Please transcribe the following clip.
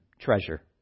treasure